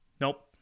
Nope